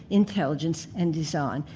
intelligence and design,